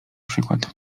przykład